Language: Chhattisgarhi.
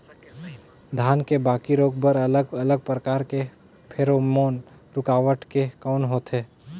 धान के बाकी रोग बर अलग अलग प्रकार के फेरोमोन रूकावट के कौन होथे?